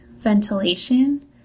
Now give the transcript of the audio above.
ventilation